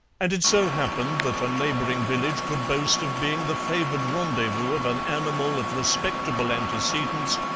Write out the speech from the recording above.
and it so happened that a neighbouring village could boast of being the favoured rendezvous of an animal of respectable antecedents,